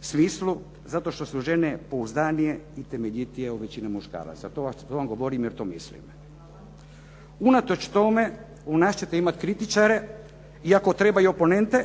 smislu, zato što su žene pouzdanije i temeljitije od većine muškaraca. To vam govorim jer to mislim. Unatoč tome u nas ćete imati kritičare i ako treba i oponente,